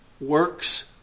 Works